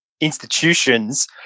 institutions